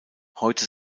heute